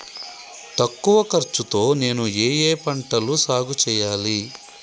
తక్కువ ఖర్చు తో నేను ఏ ఏ పంటలు సాగుచేయాలి?